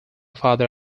father